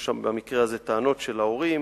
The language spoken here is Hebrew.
יש במקרה הזה טענות של ההורים,